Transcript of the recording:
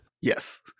Yes